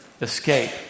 escape